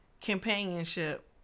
companionship